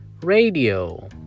radio